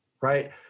right